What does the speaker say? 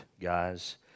guys